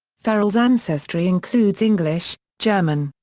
ferrell's ancestry includes english, german,